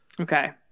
Okay